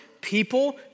people